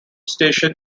station